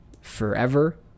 forever